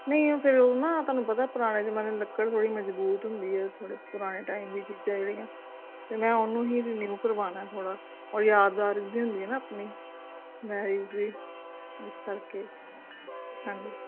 ਨਹੀਂ ਫਿਰ ਉਹ ਨਾ ਤੁਹਾਨੂੰ ਪਤਾ ਪੁਰਾਣੇ ਜਮਾਨੇ ਦੀ ਲੱਕੜ ਥੋੜ੍ਹੀ ਮਜ਼ਬੂਤ ਹੁੰਦੀ ਹੈ ਥੋੜ੍ਹੇ ਪੁਰਾਣੇ ਟਾਈਮ ਦੀਆਂ ਚੀਜ਼ਾਂ ਜਿਹੜੀਆਂ ਅਤੇ ਮੈਂ ਉਹ ਨੂੰ ਹੀ ਰਿਨਿਊ ਕਰਵਾਉਣਾ ਹੈ ਥੋੜ੍ਹਾ ਉਹ ਯਾਦਗਾਰ ਜਿਹੀ ਹੁੰਦੀ ਹੈ ਨਾ ਆਪਣੀ ਮੈਰਿਜ ਦੀ ਇਸ ਕਰਕੇ ਹਾਂਜੀ